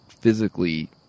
physically